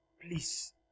please